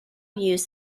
used